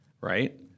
right